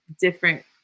different